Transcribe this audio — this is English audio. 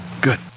Good